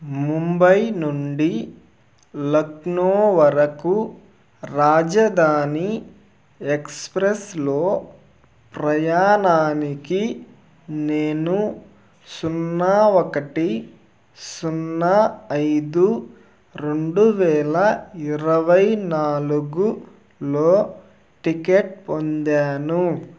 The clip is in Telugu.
ముంబై నుండి లక్నో వరకు రాజధాని ఎక్స్ప్రెస్లో ప్రయాణానికి నేను సున్నా ఒకటి సున్నా ఐదు రెండువేల ఇరవై నాలుగులో టికెట్ పొందాను